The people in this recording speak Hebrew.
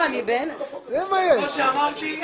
--- כמו שאמרתי,